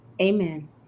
Amen